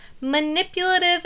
manipulative